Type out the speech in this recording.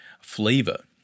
flavor